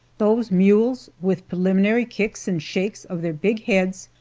those mules, with preliminary kicks and shakes of their big heads,